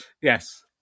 yes